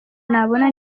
nabona